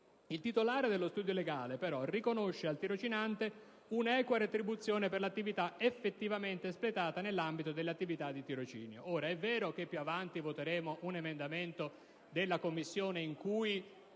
il titolare dello studio legale riconosca al tirocinante un'equa retribuzione per l'attività effettivamente espletata nell'ambito dell'attività di tirocinio. È vero che più avanti voteremo un emendamento della Commissione in cui